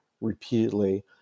repeatedly